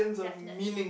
definitely